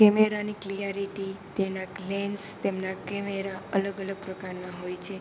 કેમેરાની ક્લિયારીટી તેના લેન્સ તેમના કેમેરા અલગ અલગ પ્રકારના હોય છે